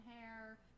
hair